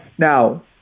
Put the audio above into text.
Now